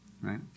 Right